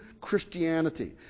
Christianity